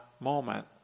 moment